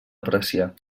apreciar